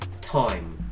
time